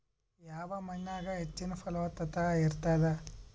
ಯಾವ ಮಣ್ಣಾಗ ಹೆಚ್ಚಿನ ಫಲವತ್ತತ ಇರತ್ತಾದ?